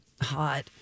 hot